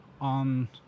on